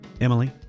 Emily